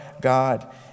God